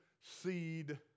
seed